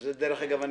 שזה דרך אגב,